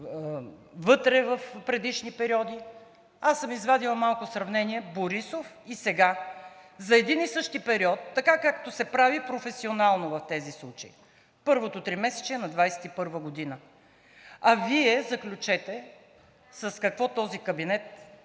вътре в предишни периоди. Аз съм извадила малко сравнения „Борисов“ и сега за един и същи период, така както се прави професионално в тези случаи – първото тримесечие на 2021 г., а Вие заключете с какво този кабинет